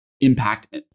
impact